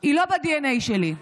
היא לא בדנ"א שלי,